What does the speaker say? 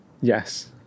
Yes